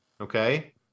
okay